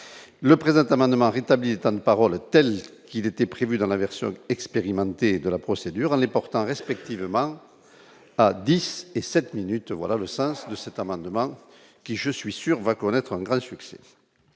le présent amendement rétablit, temps de parole telles qu'il était prévu dans la version expérimenté de la procédure, les portant respectivement à 10 et 7 minutes, voilà le sens de cet amendement, qui je suis sûr, va connaître un grand succès.